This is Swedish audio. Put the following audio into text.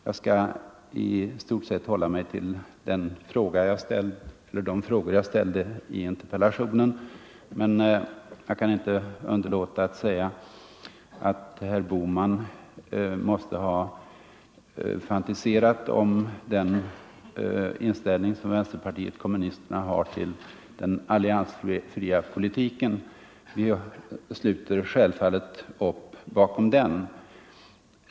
Jag skall i stort sett här hålla mig till de frågor jag ställde i interpellationen, men jag kan inte underlåta att säga att herr Bohman har fantiserat fritt om den inställning som vänsterpartiet kommunisterna har till den alliansfria politiken. Vi sluter självfallet upp bakom den.